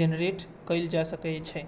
generate कैल जा सकै छै